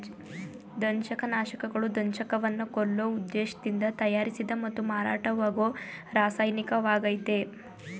ದಂಶಕನಾಶಕಗಳು ದಂಶಕವನ್ನ ಕೊಲ್ಲೋ ಉದ್ದೇಶ್ದಿಂದ ತಯಾರಿಸಿದ ಮತ್ತು ಮಾರಾಟವಾಗೋ ರಾಸಾಯನಿಕವಾಗಯ್ತೆ